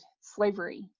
slavery